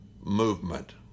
movement